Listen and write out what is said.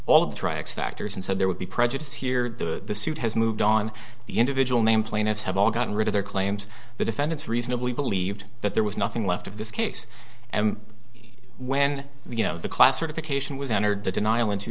of the tracks factors and said there would be prejudice here the suit has moved on the individual name plaintiffs have all gotten rid of their claims the defendants reasonably believed that there was nothing left of this case and when you know the class certification was entered the denial in two